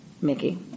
Mickey